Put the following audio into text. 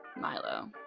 Milo